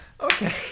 Okay